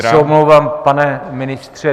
Já se omlouvám, pane ministře.